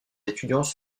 étudiants